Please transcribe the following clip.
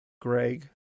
Greg